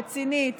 רצינית,